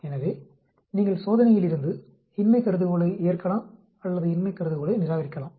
எனவே நீங்கள் சோதனையிலிருந்து இன்மை கருதுகோளை ஏற்கலாம் அல்லது இன்மை கருதுகோளை நிராகரிக்கலாம்